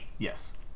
yes